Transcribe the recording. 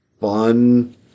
fun